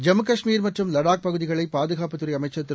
ஜம்முகாஷ்மீர் மற்றும் லடாக் பகுதிகளைபாதுகாப்புத் துறைஅமைச்சர் திரு